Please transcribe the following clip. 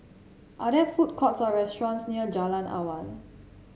are there food courts or restaurants near Jalan Awan